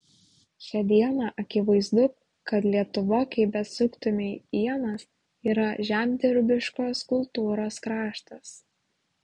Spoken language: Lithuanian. šią dieną akivaizdu kad lietuva kaip besuktumei ienas yra žemdirbiškos kultūros kraštas